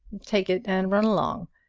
take it and run along.